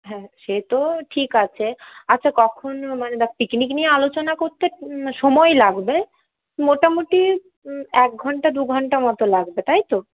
হ্যাঁ সে তো ঠিক আছে আচ্ছা কখন মানে দেখ পিকনিক নিয়ে আলোচনা করতে সময় লাগবে মোটামুটি এক ঘণ্টা দু ঘণ্টা মতো লাগবে তাই তো